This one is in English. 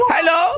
Hello